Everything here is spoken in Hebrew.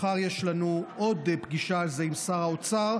מחר יש לנו עוד פגישה על זה עם שר האוצר.